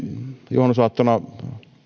juhannusaattona